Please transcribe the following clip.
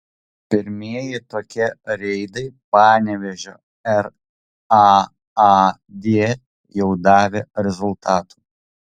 pirmieji tokie reidai panevėžio raad jau davė rezultatų